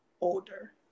older